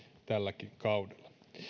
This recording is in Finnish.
tälläkin kaudella